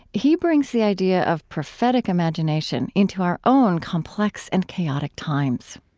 he brings the idea of prophetic imagination into our own complex and chaotic times